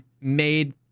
made